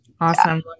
Awesome